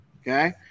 okay